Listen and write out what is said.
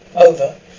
Over